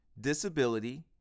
disability